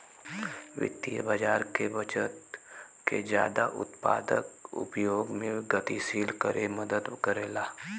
वित्तीय बाज़ार बचत के जादा उत्पादक उपयोग में गतिशील करे में मदद करला